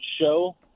show